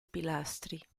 pilastri